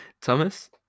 Thomas